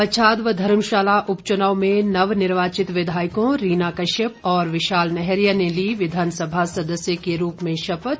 पच्छाद व धर्मशाला उपचुनाव में नव निवार्चित विधायकों रीना कश्यप और विशाल नैहरिया ने ली विधानसभा सदस्य के रूप में शपथ